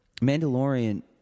Mandalorian